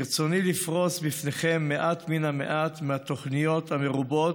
ברצוני לפרוס בפניכם מעט מן המעט מהתוכניות המרובות